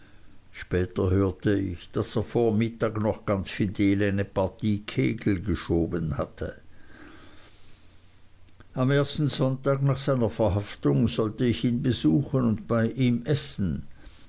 später hörte ich daß er vor mittag noch ganz fidel eine partie kegel geschoben hatte am ersten sonntag nach seiner verhaftung sollte ich ihn besuchen und bei ihm essen